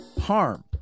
harm